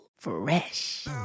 fresh